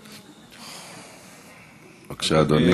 בבקשה, אדוני.